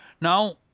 Now